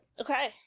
Okay